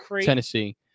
tennessee